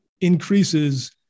increases